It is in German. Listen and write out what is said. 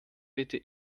bitte